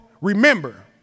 remember